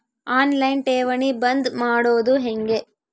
On line ಠೇವಣಿ ಬಂದ್ ಮಾಡೋದು ಹೆಂಗೆ?